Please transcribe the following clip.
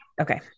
Okay